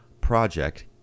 project